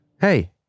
Hey